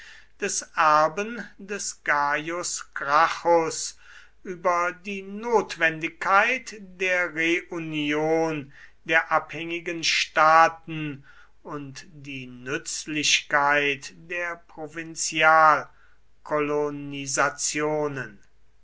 des erben des gaius gracchus über die notwendigkeit der reunion der abhängigen staaten und die nützlichkeit der